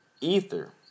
Ether